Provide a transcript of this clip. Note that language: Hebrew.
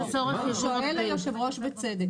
שואל היושב-ראש, בצדק.